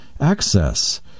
access